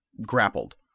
Grappled